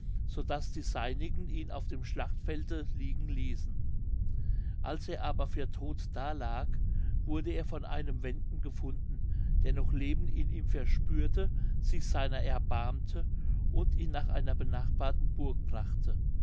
daß die seinigen ihn auf dem schlachtfelde liegen ließen als er aber für todt da lag wurde er von einem wenden gefunden der noch leben in ihm verspürte sich seiner erbarmte und ihn nach einer benachbarten burg brachte